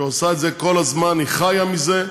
שעושה את זה כל הזמן, היא חיה מזה.